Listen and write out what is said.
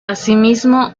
asimismo